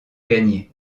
gagné